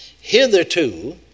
hitherto